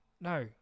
No